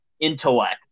intellect